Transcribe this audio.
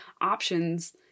options